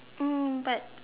um but